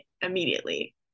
immediately